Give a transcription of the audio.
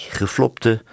geflopte